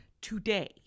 today